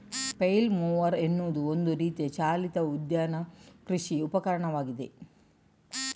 flail mower ಎನ್ನುವುದು ಒಂದು ರೀತಿಯ ಚಾಲಿತ ಉದ್ಯಾನ ಕೃಷಿ ಉಪಕರಣವಾಗಿದೆ